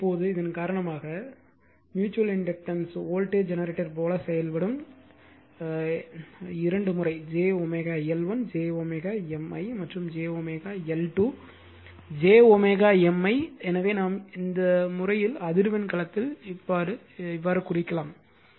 எனவே இப்போது இதன் காரணமாக அல்லது ம்யூச்சுவல் இண்டக்டன்ஸ் வோல்டேஜ் ஜெனரேட்டர் போல செயல்பட்டால் அது இரண்டு முறை j L1 j M i மற்றும் j L2 j M i எனவே நாம் இந்த முறையில் அதிர்வெண் களத்தில் குறிக்கலாம்